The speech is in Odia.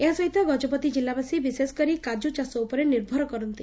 ଏହାସହିତ ଗଜପତି ଜିଲ୍ଲାବାସୀ ବିଶେଷକରି କାଜୁ ଚାଷ ଉପରେ ନିର୍ଭର କରନ୍ତି